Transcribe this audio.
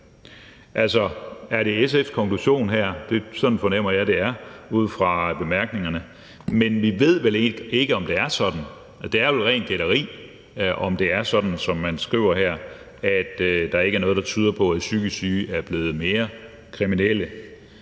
Altså, er det SF's konklusion her? Sådan fornemmer jeg at det er ud fra bemærkningerne. Men vi ved vel ikke, om det er sådan, og det er vel rent gætteri, om det er sådan, som man skriver her, altså at der ikke er noget, der tyder på, at psykisk syge er blevet mere kriminelle.